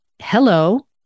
hello